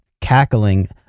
cackling